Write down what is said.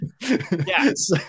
Yes